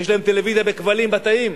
כי יש להם טלוויזיה בכבלים בתאים,